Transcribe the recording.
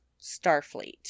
Starfleet